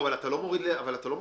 אבל אתה לא מוריד ל-5.5.